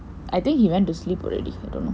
I think he went to sleep already